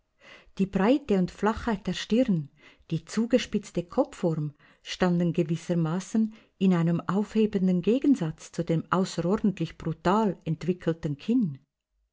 die breite und flachheit der stirn die zugespitzte kopfform standen gewissermaßen in einem aufhebenden gegensatz zu dem außerordentlich brutal entwickelten kinn